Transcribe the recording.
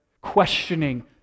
questioning